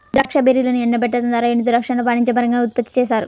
ద్రాక్ష బెర్రీలను ఎండబెట్టడం ద్వారా ఎండుద్రాక్షను వాణిజ్యపరంగా ఉత్పత్తి చేస్తారు